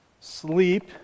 Sleep